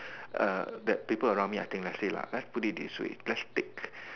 err that people around me I think let's say lah let's put it this way let's take